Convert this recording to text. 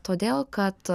todėl kad